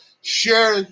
share